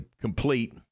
complete